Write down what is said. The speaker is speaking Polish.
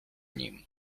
nim